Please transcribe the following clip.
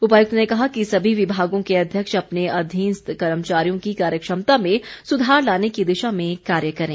उपायुक्त ने कहा कि सभी विभागों के अध्यक्ष अपने अधीनस्थ कर्मचारियों की कार्यक्षमता में सुधार लाने की दिशा में कार्य करें